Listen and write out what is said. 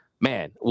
man